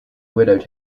widowed